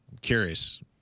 curious